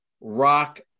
rock